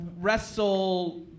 wrestle